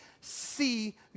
see